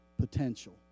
potential